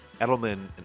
Edelman